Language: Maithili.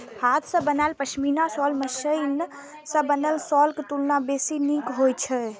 हाथ सं बनायल पश्मीना शॉल मशीन सं बनल शॉलक तुलना बेसी नीक होइ छै